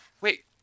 Wait